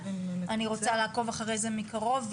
אני רוצה לעקוב אחרי זה מקרוב,